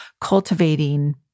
cultivating